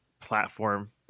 platform